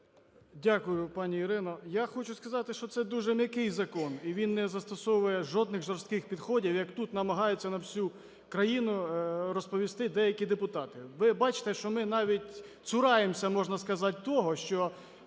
Дякую, пані Ірино. Я хочу сказати, що це дуже м'який закон і він не застосовує жодних жорстких підходів, як тут намагаються на всю країну розповісти деякі депутати. Ви бачите, що ми навіть цураємося, можна сказати, того, що